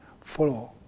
follow